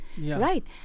Right